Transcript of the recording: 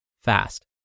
fast